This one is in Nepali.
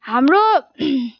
हाम्रो